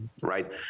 right